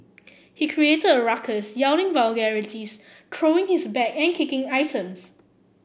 he created a ruckus yelling vulgarities throwing his bag and kicking items